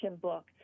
book